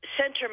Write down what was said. Center